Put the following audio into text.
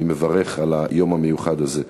אני מברך על היום המיוחד הזה,